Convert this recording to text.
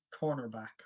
cornerback